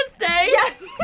Yes